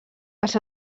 els